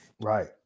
right